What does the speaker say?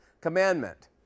commandment